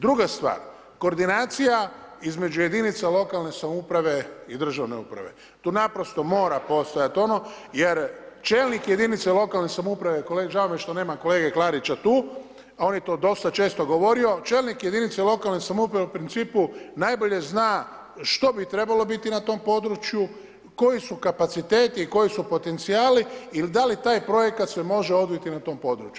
Druga stvar, koordinacija između jedinica lokalne samouprave i državne uprave, tu naprosto mora postojati ono jer čelnik jedinice lokalne samouprave, žao mi je što nema kolege Klarića tu, on je to dosta često govorio, čelnik jedinice lokalne samouprave u principu najbolje zna što bi trebalo biti na tom području, koji su kapaciteti i koji su potencijali i da li taj projekat se može odviti na tom području.